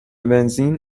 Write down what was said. بنزین